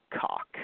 cock